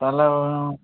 তাহলে